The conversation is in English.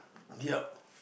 yup